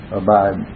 abide